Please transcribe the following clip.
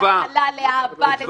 להכלה, לאהבה, לסובלנות.